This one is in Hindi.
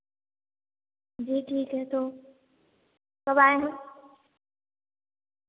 जी ठीक है तो कब आएँ हम